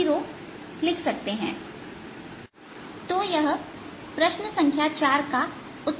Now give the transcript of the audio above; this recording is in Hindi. M0B0 तो यह प्रश्न संख्या 4 का उत्तर है